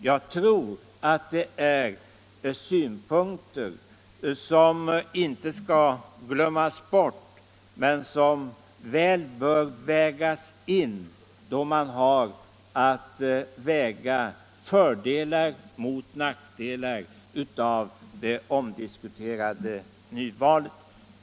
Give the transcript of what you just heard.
Jag tror att det är synpunkter som inte skall glömmas bort, utan som bör tas med i beräkningen då man har att väga fördelar mot nackdelar beträffande det omdiskuterade nyvalet.